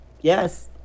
Yes